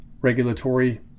regulatory